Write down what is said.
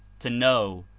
to know,